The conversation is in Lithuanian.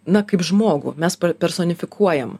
na kaip žmogų mes personifikuojam